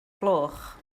gloch